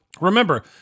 Remember